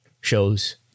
shows